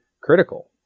critical